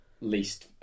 least